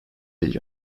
bir